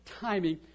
timing